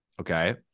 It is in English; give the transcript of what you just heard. okay